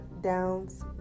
Downs